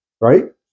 right